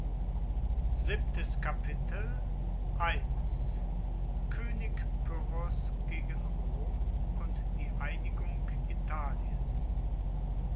koenig pyrrhos gegen rom und die einigung italiens